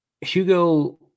Hugo